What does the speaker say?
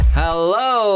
hello